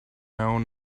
own